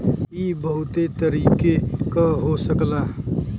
इ बहुते तरीके क हो सकला